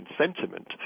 sentiment